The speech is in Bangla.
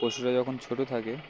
পশুরা যখন ছোট থাকে